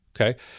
okay